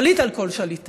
שליט על כל שליטיה.